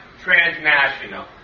transnational